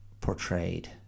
portrayed